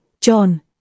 John